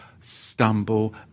stumble